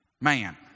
man